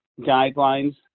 guidelines